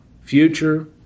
future